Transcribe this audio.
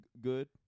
good